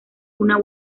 una